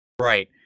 Right